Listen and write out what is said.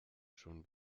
schon